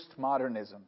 postmodernism